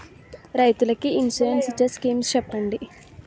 రైతులు కి ఇన్సురెన్స్ ఇచ్చే స్కీమ్స్ చెప్పండి?